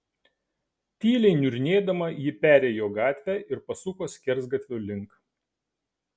tyliai niurnėdama ji perėjo gatvę ir pasuko skersgatvio link